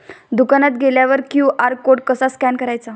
दुकानात गेल्यावर QR code कसा स्कॅन करायचा?